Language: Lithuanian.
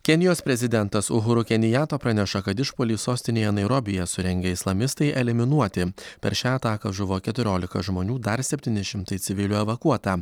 kenijos prezidentas uhuru kenijata praneša kad išpuolį sostinėje nairobyje surengę islamistai eliminuoti per šią ataką žuvo keturiolika žmonių dar septyni šimtai civilių evakuota